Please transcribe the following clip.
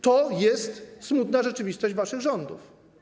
To jest smutna rzeczywistość naszych rządów.